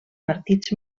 partits